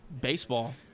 baseball